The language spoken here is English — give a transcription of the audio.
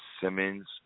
Simmons